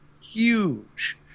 huge